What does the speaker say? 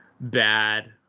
bad